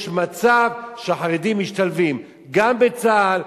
יש מצב שהחרדים משתלבים גם בצה"ל,